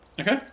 Okay